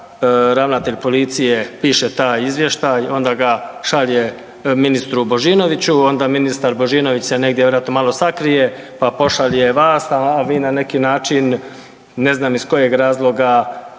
ravnatelj policije piše taj izvještaj, onda ga šalje ministru Božinoviću, onda ministar Božinović se negdje vjerojatno malo sakrije pa pošalje vas, a vi na neki način ne znam iz kojeg razloga,